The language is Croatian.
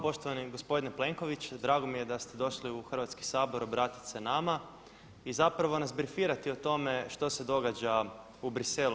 Poštovani gospodine Plenković, drago mi je da ste došli u Hrvatski sabor obratiti se nama i zapravo nas brifirati o tome što se događa u Bruxellesu.